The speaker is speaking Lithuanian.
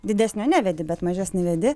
didesnio nevedi bet mažesnį vedi